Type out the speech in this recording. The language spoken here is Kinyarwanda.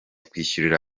kwishyurira